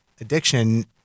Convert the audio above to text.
addiction